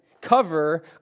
cover